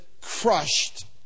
crushed